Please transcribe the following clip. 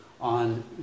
on